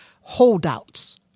holdouts